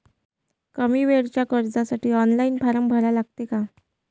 कमी वेळेच्या कर्जासाठी ऑनलाईन फारम भरा लागते का?